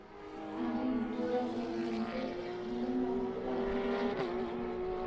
మరీ ఇడ్డురం ఎందంటే బియ్యం రవ్వకూడా అంగిల్లోనే కొనటమే